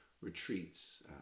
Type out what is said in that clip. Retreats